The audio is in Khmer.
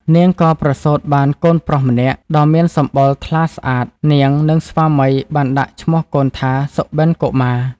នាងក៏ប្រសូតបានកូនប្រុសម្នាក់ដ៏មានសម្បុរថ្លាស្អាត នាង និងស្វាមី បានដាក់ឈ្មោះកូនថា សុបិនកុមារ ។